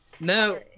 No